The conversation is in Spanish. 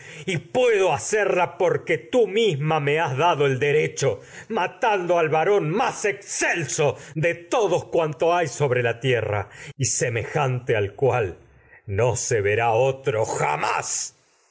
y puedo hacerla porque tú misma has derecho matando al varón más excelso de todos cuantos hay sobre la tierra jamás y semejante al cual no se verá otro